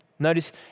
Notice